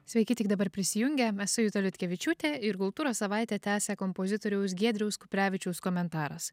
sveiki tik dabar prisijungę esu juta liutkevičiūtė ir kultūros savaitę tęsia kompozitoriaus giedriaus kuprevičiaus komentaras